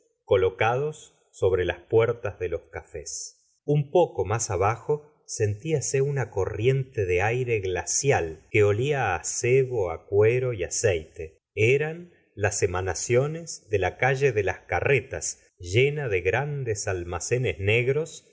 colocados sobre las puertas de los cafés un poco más abajo sentíase una corriente de aire glacial que olia á sebo á cuero y aceite eran las emanaciones de la calle de las carretas llena de grandes almacenes negros